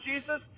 Jesus